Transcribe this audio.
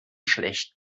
schlecht